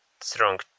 strong